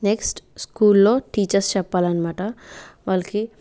next స్కూల్లో teachers చెప్పాలన్నమాట వాళ్ళకి